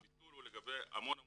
הביטול הוא לגבי המון אנשים,